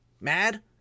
mad